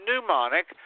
pneumonic